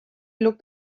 looked